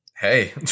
Hey